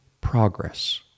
progress